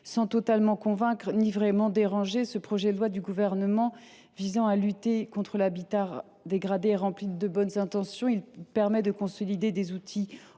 Sans totalement convaincre ni vraiment déranger, ce projet de loi visant à lutter contre l’habitat dégradé, plein de bonnes intentions, permet de consolider des outils